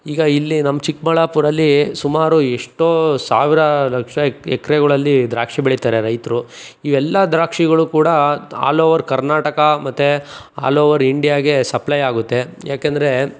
ಈಗ ಇಲ್ಲಿ ನಮ್ಮ ಚಿಕ್ಕಬಳ್ಳಾಪುರಲ್ಲಿ ಸುಮಾರು ಎಷ್ಟೋ ಸಾವಿರ ಲಕ್ಷ ಎಕರೆಗಳಲ್ಲಿ ದ್ರಾಕ್ಷಿ ಬೆಳಿತಾರೆ ರೈತರು ಈ ಎಲ್ಲ ದ್ರಾಕ್ಷಿಗಳೂ ಕೂಡ ಆಲ್ ಓವರ್ ಕರ್ನಾಟಕ ಮತ್ತು ಆಲ್ ಓವರ್ ಇಂಡಿಯಾಗೆ ಸಪ್ಲೈ ಆಗುತ್ತೆ ಯಾಕೆಂದರೆ